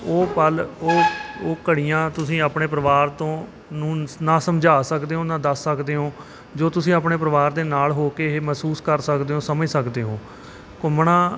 ਉਹ ਪਲ ਉਹ ਉਹ ਘੜੀਆਂ ਤੁਸੀਂ ਆਪਣੇ ਪਰਿਵਾਰ ਤੋਂ ਨੂੰ ਨਾ ਸਮਝਾ ਸਕਦੇ ਹੋ ਨਾ ਦੱਸ ਸਕਦੇ ਹੋ ਜੋ ਤੁਸੀਂ ਆਪਣੇ ਪਰਿਵਾਰ ਦੇ ਨਾਲ ਹੋ ਕੇ ਇਹ ਮਹਿਸੂਸ ਕਰ ਸਕਦੇ ਹੋ ਸਮਝ ਸਕਦੇ ਹੋ ਘੁੰਮਣਾ